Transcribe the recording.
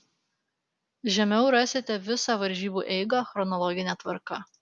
žemiau rasite visą varžybų eigą chronologine tvarka